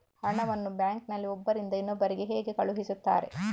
ಹಣವನ್ನು ಬ್ಯಾಂಕ್ ನಲ್ಲಿ ಒಬ್ಬರಿಂದ ಇನ್ನೊಬ್ಬರಿಗೆ ಹೇಗೆ ಕಳುಹಿಸುತ್ತಾರೆ?